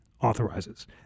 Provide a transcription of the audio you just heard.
authorizes